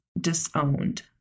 disowned